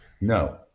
No